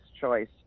choice